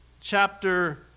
chapter